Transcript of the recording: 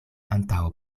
antaŭ